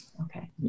Okay